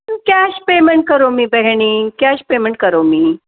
cash payment करोमि बेहिनी cash payment करोमि